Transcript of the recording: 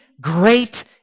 great